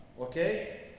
Okay